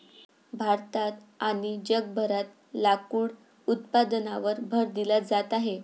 भारतात आणि जगभरात लाकूड उत्पादनावर भर दिला जात आहे